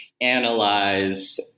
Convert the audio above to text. analyze